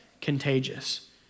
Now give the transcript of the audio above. contagious